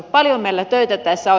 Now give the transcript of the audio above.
paljon meillä töitä tässä on